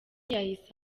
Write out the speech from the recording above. yahise